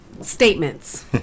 statements